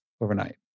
overnight